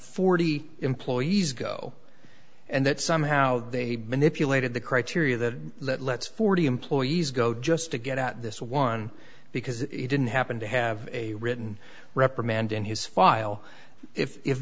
forty employees go and that somehow they manipulated the criteria that lets forty employees go just to get out this one because he didn't happen to have a written reprimand in his file if